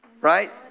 Right